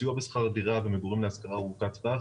סיוע בשכר דירה ומגורים להשכרה ארוכת טווח,